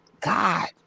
God